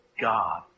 God